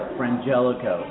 Frangelico